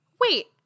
Wait